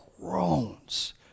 groans